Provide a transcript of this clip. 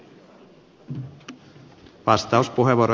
arvoisa puhemies